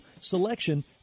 selection